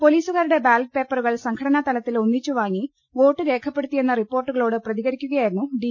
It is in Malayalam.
പൊലീസുകാരുടെ ബാലറ്റ് പേപ്പറുകൾ സംഘടനാ തലത്തിൽ ഒന്നിച്ച് വാങ്ങി വോട്ട് രേഖപ്പെടുത്തിയെന്ന റിപ്പോർട്ടു കളോട് പ്രതികരിക്കുകയായിരുന്നു ഡി